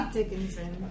Dickinson